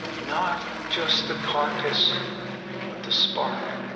not just the carcass but the spark.